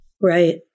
Right